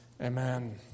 Amen